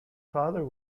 father